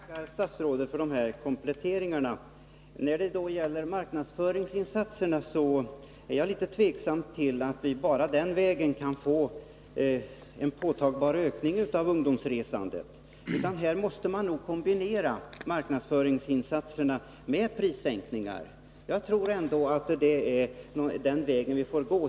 Herr talman! Jag tackar statsrådet för dessa kompletteringar. Jag ställer mig litet tvivlande till att vi genom enbart marknadsföringsinsatser kan få en påtaglig ökning av ungdomsresandet. Här måste nog marknadsföringsinsatserna kombineras med prissänkningar. Jag tror att det är den vägen vi får gå.